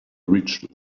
reached